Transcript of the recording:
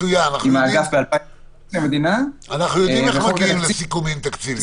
--- אנחנו יודעים איך מגיעים לסיכומים תקציביים.